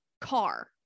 car